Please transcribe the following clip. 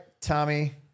Tommy